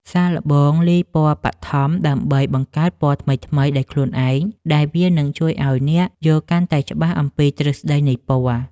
សាកល្បងលាយពណ៌បឋមដើម្បីបង្កើតពណ៌ថ្មីៗដោយខ្លួនឯងដែលវានឹងជួយឱ្យអ្នកយល់កាន់តែច្បាស់អំពីទ្រឹស្តីនៃពណ៌។